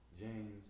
James